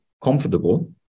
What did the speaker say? comfortable